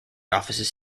offices